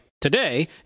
today